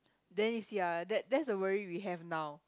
then you see ah that that's the worry we have now